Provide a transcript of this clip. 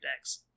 decks